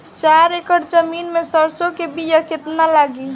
चार एकड़ जमीन में सरसों के बीया कितना लागी?